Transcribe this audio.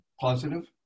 positive